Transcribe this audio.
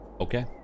Okay